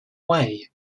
way